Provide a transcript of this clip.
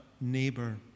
neighbor